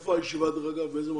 איפה הישיבה כרגע, באיזה מקום?